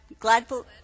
gladful